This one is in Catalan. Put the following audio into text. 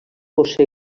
josé